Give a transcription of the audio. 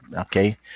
okay